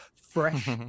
fresh